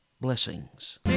Blessings